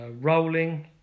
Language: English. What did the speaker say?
rolling